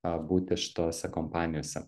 a būti šitose kompanijose